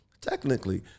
technically